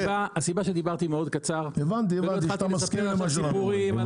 הסיבה שדיברתי קצר מאוד ולא התחלתי לספר סיפורים על